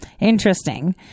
interesting